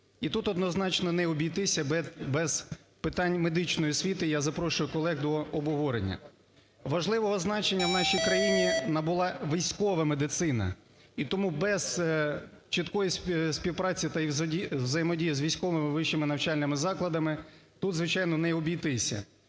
і тут, однозначно, не обійтися без питань медичної освіти. Я запрошую колег до обговорення. Важливого значення в нашій країні набула військова медицина. І тому без чіткої співпраці та взаємодії з військовими вищими навчальними закладами тут, звичайно, не обійтися.